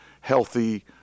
healthy